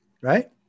Right